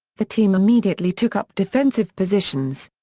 the team immediately took up defensive positions.